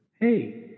hey